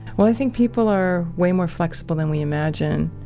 well, i think people are way more flexible than we imagine.